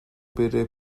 بره